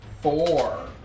four